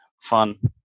fun